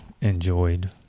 enjoyed